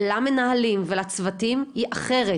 למנהלים ולצוותים היא אחרת,